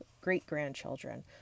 great-grandchildren